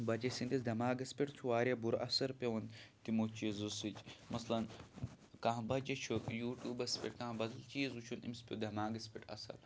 بَچہِ سٕنٛدِس دٮ۪ماغَس پٮ۪ٹھ چھُ واریاہ بُرٕ اَثر پٮ۪وان تِمو چیٖزو سۭتۍ مثلن کانٛہہ بَچہِ چھُ یوٗٹوٗبَس پٮ۪ٹھ کانٛہہ بَدَل چیٖز وٕچھُن أمِس پیوٚ دٮ۪ماغَس پٮ۪ٹھ اَثر